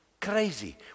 Crazy